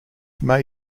may